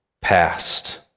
past